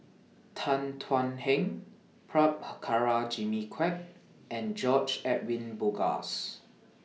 Tan Thuan Heng Prabhakara Jimmy Quek and George Edwin Bogaars